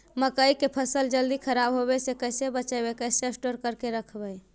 मकइ के फ़सल के जल्दी खराब होबे से कैसे बचइबै कैसे स्टोर करके रखबै?